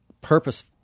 purpose